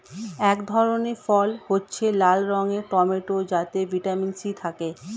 এক ধরনের ফল হচ্ছে লাল রঙের টমেটো যাতে ভিটামিন সি থাকে